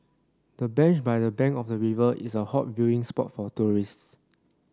the bench by the bank of the river is a hot viewing spot for tourists